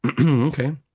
Okay